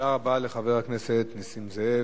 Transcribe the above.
תודה לחבר הכנסת נסים זאב.